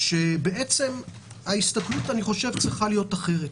שההסתכלות צריכה להיות אחרת.